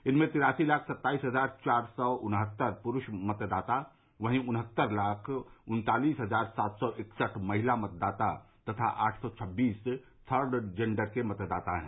इनमें तिरासी लाख सत्ताईस हजार चार सौ उन्हत्तर पुरूष मतदाता वहीं उन्हत्तर लाख उन्तालीस हजार सात सौ इकसठ महिला मतदाता तथा आठ सौ छबीस थर्ड जेंडर के मतदाता है